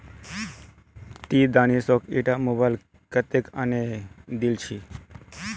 ती दानिशक ईटा मोबाइल कत्तेत आने दिल छि